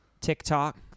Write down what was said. TikTok